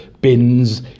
bins